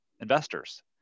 investors